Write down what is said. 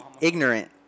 ignorant